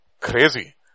Crazy